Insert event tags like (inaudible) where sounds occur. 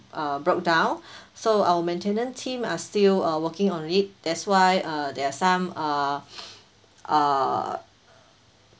uh broke down (breath) so our maintenance team are still uh working on it that's why uh there are some uh (breath) uh